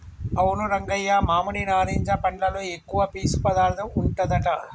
అవును రంగయ్య మామిడి నారింజ పండ్లలో ఎక్కువ పీసు పదార్థం ఉంటదట